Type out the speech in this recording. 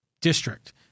district